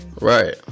Right